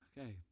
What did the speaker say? Okay